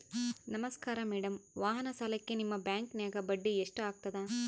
ನಮಸ್ಕಾರ ಮೇಡಂ ವಾಹನ ಸಾಲಕ್ಕೆ ನಿಮ್ಮ ಬ್ಯಾಂಕಿನ್ಯಾಗ ಬಡ್ಡಿ ಎಷ್ಟು ಆಗ್ತದ?